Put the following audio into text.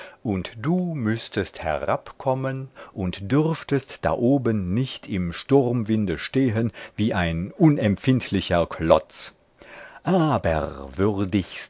und du mußtest herabkommen und dürftest da oben nicht im sturmwinde stehen wie ein unempfindlicher klotz aber würdigster